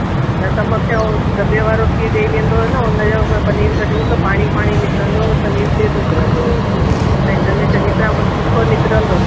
हा न त मूंखे हो दबे वारो खीर ॾई वेंदो हो न हुन जो पनीर कढूं त पाणी पाणी निकिरंंदो हो पनीर तिर निकरंदो हुयो त हिनमें चङी तरह सुठो निकिरंदो